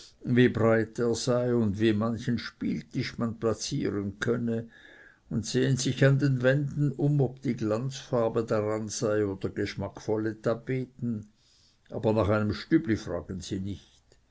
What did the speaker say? er sei und wie manchen spieltisch man placieren könne und sehen sich an den wänden um ob glanzfarbe daran sei oder geschmackvolle tapeten aber nach einem stübli fragen sie nicht